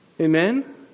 Amen